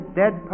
dead